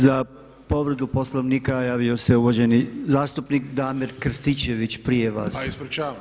Za povredu Poslovnika javio se uvaženi zastupnik Damir Krstičević prije vas.